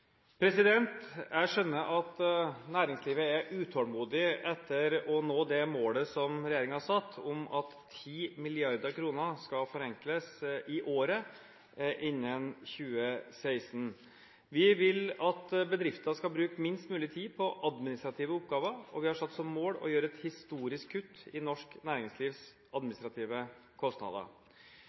Jeg skjønner at næringslivet er utålmodig etter å nå det målet som regjeringen har satt om at 10 mrd. kr skal forenkles vekk innen 2016. Vi vil at bedrifter skal bruke minst mulig tid på administrative oppgaver, og vi har satt som mål å gjøre et historisk kutt i norsk næringslivs administrative kostnader.